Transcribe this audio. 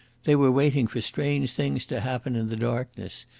they were waiting for strange things to happen in the darkness.